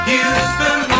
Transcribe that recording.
Houston